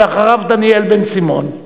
אחריו, דניאל בן-סימון.